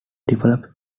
developed